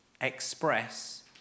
express